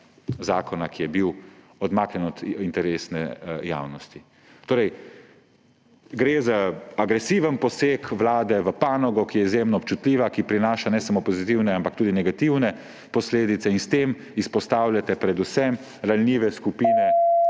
zakona, ki je bila odmaknjena od interesne javnosti. Torej gre za agresiven poseg Vlade v panogo, ki je izjemno občutljiva, ki prinaša ne samo pozitivne, ampak tudi negativne posledice; in s tem izpostavljate predvsem ranljive skupine,